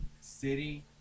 city